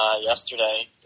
yesterday